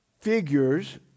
figures